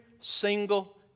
single